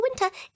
winter